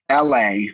LA